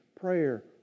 prayer